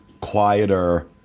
quieter